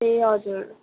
ए हजुर